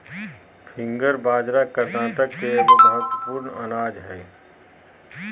finger बाजरा कर्नाटक के एगो महत्वपूर्ण अनाज हइ